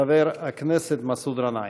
חבר הכנסת מסעוד גנאים.